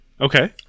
Okay